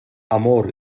amor